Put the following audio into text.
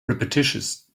repetitious